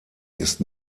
ist